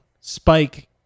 Spike